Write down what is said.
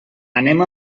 anem